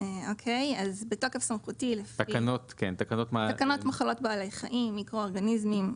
תקנות מחלות בעלי חיים (מיקרואורגניסמים,